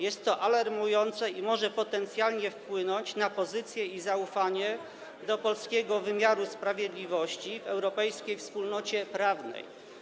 Jest to alarmujące i może potencjalnie wpłynąć na pozycję i zaufanie do polskiego wymiaru sprawiedliwości w europejskiej wspólnocie prawnej.